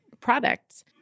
products